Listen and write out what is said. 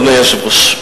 אדוני היושב-ראש,